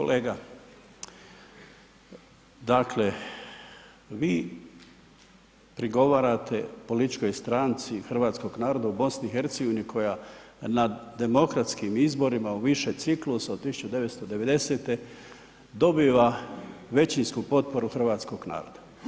Kolega, dakle, vi prigovarate političkoj stranci hrvatskog naroda u BiH koja na demokratskim izborima u više ciklusa od 1990. dobiva većinsku potporu hrvatskog naroda.